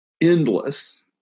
endless